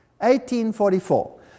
1844